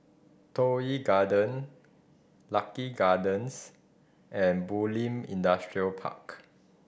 Toh Yi Garden Lucky Gardens and Bulim Industrial Park